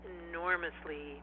enormously